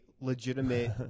legitimate